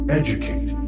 educate